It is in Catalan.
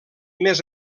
més